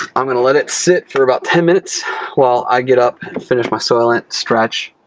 i'm gonna let it sit for about ten minutes while i get up, finish my soylent, stretch.